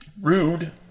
Rude